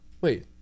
Wait